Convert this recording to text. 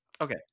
okay